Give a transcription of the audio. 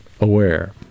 aware